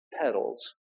petals